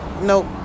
nope